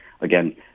Again